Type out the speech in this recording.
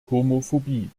homophobie